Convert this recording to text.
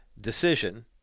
decision